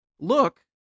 look